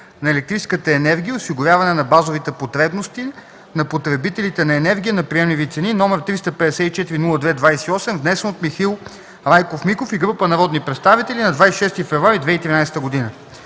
на електрическата енергия и осигуряване на базовите потребности на потребителите на енергия на приемливи цени, № 354-02-28, внесен от Михаил Райков Миков и група народни представители на 26 февруари 2013 г.”